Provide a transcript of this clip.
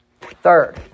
Third